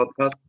podcast